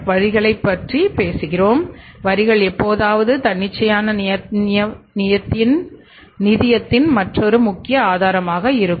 வரிகளைப் பற்றி பேசுகிறோம் வரிகள் எப்போதாவது தன்னிச்சையான நிதியத்தின் மற்றொரு முக்கிய ஆதாரமாக இருக்கும்